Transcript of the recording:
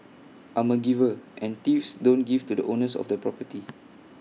I'm A giver and thieves don't give to the owners of the property